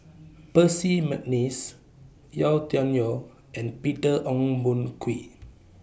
Percy Mcneice Yau Tian Yau and Peter Ong Boon Kwee